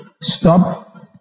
Stop